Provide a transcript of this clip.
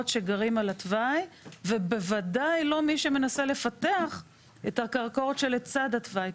שגרים על התוואי ובוודאי לא מי שמנסה לפתח את הקרקעות שלצד התוואי,